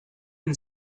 and